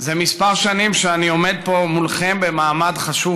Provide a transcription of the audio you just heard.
זה שנים מספר שאני עומד פה מולכם במעמד חשוב